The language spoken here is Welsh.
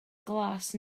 glas